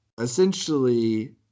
essentially